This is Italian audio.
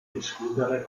discutere